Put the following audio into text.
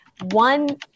One